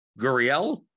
Guriel